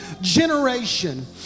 generation